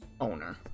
owner